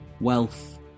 wealth